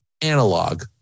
analog